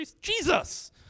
Jesus